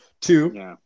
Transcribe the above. Two